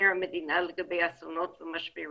מבקר המדינה לגבי אסונות ומשברים